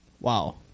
Wow